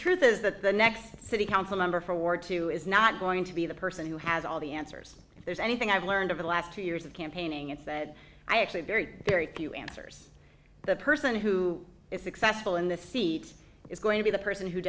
truth is that the next city council member for war two is not going to be the person who has all the answers if there's anything i've learned over the last two years of campaigning it's that i actually very very few answers the person who is successful in this seat is going to be the person who